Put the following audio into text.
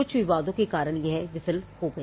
यह कुछ विवादों के कारण विफल हो गया